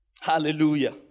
Hallelujah